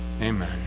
Amen